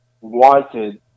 wanted